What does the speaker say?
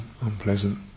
unpleasant